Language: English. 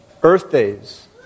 birthdays